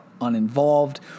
uninvolved